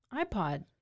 iPod